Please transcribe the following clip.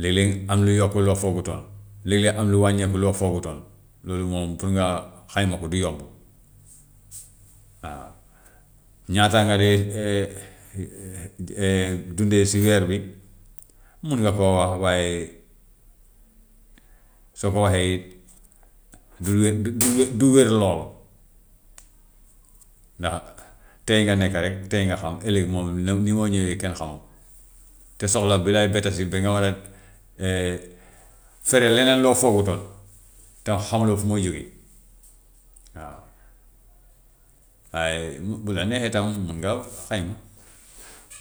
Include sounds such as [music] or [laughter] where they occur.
léeg-léeg am lu yokk loo foogutoon, léeg-léeg am lu wàññeeku loo foogutoon, loolu moom pour nga xayma ko du yomb. [noise] Waaw, ñaata nga dee [hesitation] dundee si weer bi mun nga koo wax, waaye soo ko waxee it du [noise] du wér lool, ndax tey nga nekka rek tey nga xam, ëllëg moom na ni moo ñëwee kenn xamu ko te soxla bu lay bettati ba nga war a [hesitation] frais leneen loo foogutoon tam xamuloo fu muy jógee. Waaw, waaye bu la neexee tam mun nga xayma. [noise]